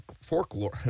folklore